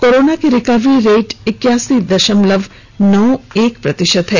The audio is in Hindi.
कोरोना की रिकवरी रेट एक्यासी दशमलव नौ एक प्रतिशत है